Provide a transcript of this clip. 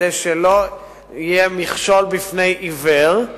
כדי שלא יהיה מכשול בפני עיוור.